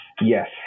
Yes